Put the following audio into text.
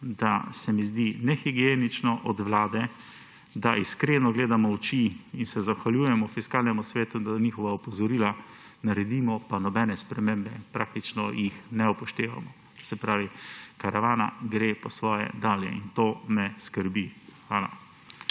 da se mi zdi nehigienično od Vlade, da iskreno gledamo v oči in se zahvaljujemo Fiskalnemu svetu, da njihova opozorila naredimo, pa nobene spremembe praktično ne upoštevamo. Se pravi, karavana gre po svoje dalje in to me skrbi. Hvala.